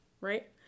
right